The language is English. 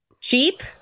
cheap